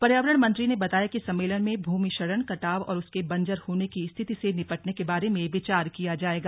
पर्यावरण मंत्री ने बताया कि सम्मेलन में भूमि क्षरण कटाव और उसके बंजर होने की स्थिति से निपटने के बारे में विचार किया जायेगा